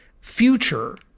future